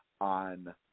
on